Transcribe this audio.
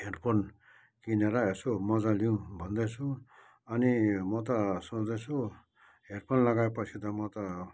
headphone किनेर सो मज्जा लिउँ भन्दैछु अनि म त सोच्दैछु हेडफोन लगाएपछि त म त